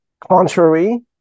contrary